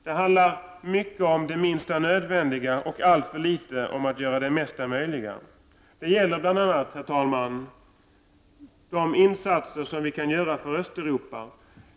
Det handlar mycket om att göra det minsta nödvändiga och alltför litet om att göra det mesta möjliga, vilket gäller bl.a. de insatser som vi kan göra för Östeuropa.